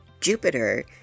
Jupiter